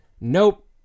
Nope